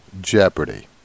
jeopardy